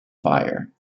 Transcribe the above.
fire